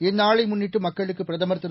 இந்நாளை முன்னிட்டு மக்களுக்கு பிரதமர் திரு